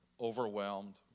overwhelmed